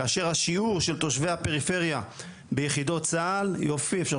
כאשר השיעור של תושבי הפריפריה ביחידות צה”ל